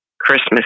Christmas